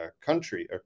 country